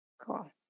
Cool